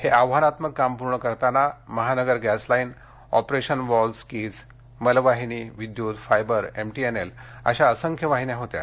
हे आव्हानात्मक काम पूर्ण करताना Mahanagar gas line operation valve keys मलवाहिनी विद्युत फायबर एमटीएनएल अशा असंख्य वाहिन्या होत्या